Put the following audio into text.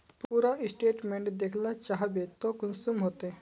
पूरा स्टेटमेंट देखला चाहबे तो कुंसम होते?